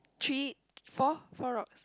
three four four rocks